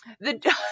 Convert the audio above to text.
the